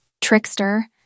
trickster